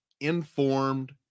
informed